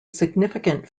significant